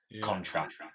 contract